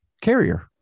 Carrier